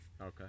Okay